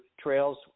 trails